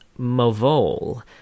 Mavol